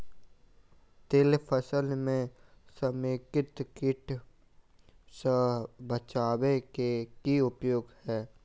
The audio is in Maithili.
तिल फसल म समेकित कीट सँ बचाबै केँ की उपाय हय?